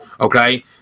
okay